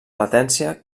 latència